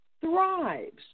thrives